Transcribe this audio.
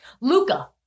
luca